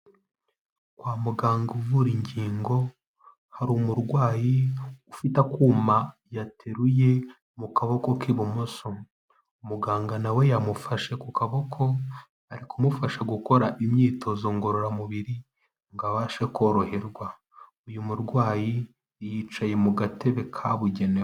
Kwa muganga uvura ingingo, hari umurwayi ufite kuma yateruye mu kaboko k'ibumoso, umuganga nawe we yamufashe ku kaboko, ari kumufasha gukora imyitozo ngororamubiri ngo abashe koroherwa ,uyu murwayi yicaye mu gatebe kabugenewe.